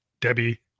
Debbie